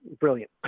brilliant